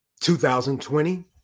2020